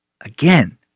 Again